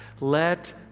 let